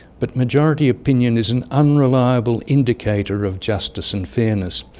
but majority opinion is an unreliable indicator of justice and fairness.